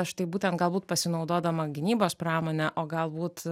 štai būtent galbūt pasinaudodama gynybos pramone o galbūt